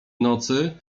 nocy